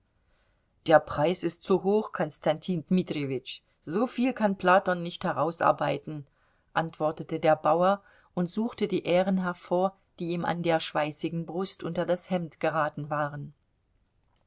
der preis ist zu hoch konstantin dmitrijewitsch so viel kann platon nicht herausarbeiten antwortete der bauer und suchte die ähren hervor die ihm an der schweißigen brust unter das hemd geraten waren